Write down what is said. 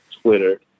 Twitter